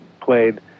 played